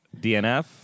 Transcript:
DNF